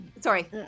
Sorry